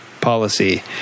policy